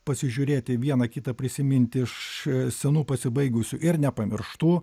pasižiūrėti vieną kitą prisiminti iš senų pasibaigusių ir nepamirštų